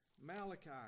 Malachi